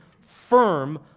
firm